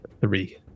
Three